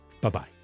Bye-bye